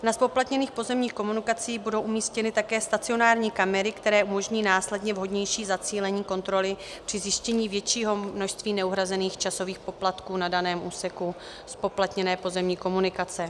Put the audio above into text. Na zpoplatněných pozemních komunikacích budou umístěny také stacionární kamery, které umožní následné vhodnější zacílení kontroly při zjištění většího množství neuhrazených časových poplatků na daném úseku zpoplatněné pozemní komunikace.